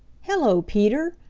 hello, peter!